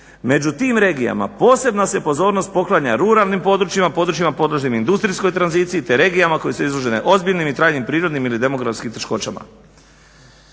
Među tim regijama posebna se pozornost poklanja ruralnim područjima, područjima podložnim industrijskoj tranziciji te regijama koje su izložene ozbiljnim i trajnim prirodnim ili demografskim teškoćama."